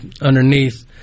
underneath